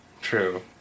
true